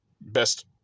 best